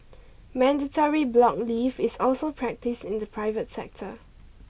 mandatory block leave is also practised in the private sector